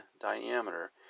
diameter